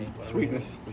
Sweetness